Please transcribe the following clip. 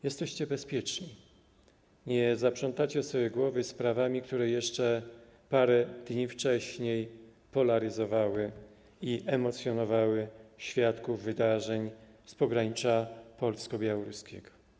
Jesteście bezpieczni, nie zaprzątacie sobie głowy sprawami, które jeszcze parę dni wcześniej polaryzowały i emocjonowały świadków wydarzeń z pogranicza polsko-białoruskiego.